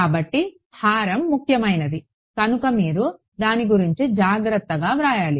కాబట్టి హారం ముఖ్యమైనది కనుక మీరు దాని గురించి జాగ్రత్తగా వ్రాయాలి